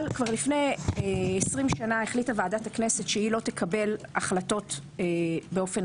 אבל כבר לפני 20 שנה החליטה ועדת הכנסת שהיא לא תקבל החלטות באופן